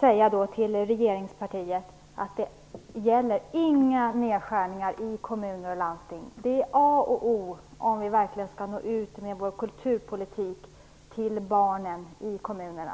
säga till regeringspartiet är: Inga nedskärningar i kommuner och landsting! Det är a och o om vi verkligen skall nå ut med vår kulturpolitik till barnen i kommunerna.